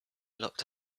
locked